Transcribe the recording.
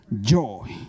joy